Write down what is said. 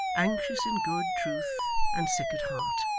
anxious in good truth, and sick at heart!